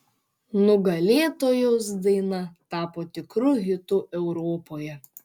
nugalėtojos daina tapo tikru hitu europoje